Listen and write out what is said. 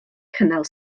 cynnal